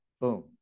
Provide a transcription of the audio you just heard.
boom